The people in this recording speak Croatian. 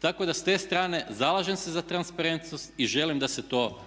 Tako da s te strane zalažem se za transparentnost i želim da se to